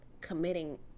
committing